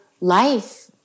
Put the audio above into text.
life